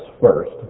first